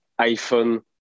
iPhone